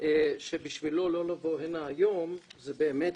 שבשבילו לא לבוא הנה היום זה באמת,